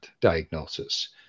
diagnosis